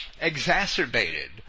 exacerbated